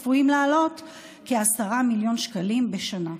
צפויות להיות כ-10 מיליון שקלים בשנה.